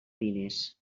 diners